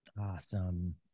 Awesome